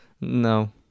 No